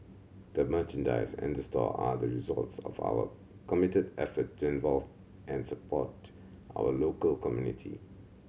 the merchandise and the store are the results of our committed effort to involve and support our local community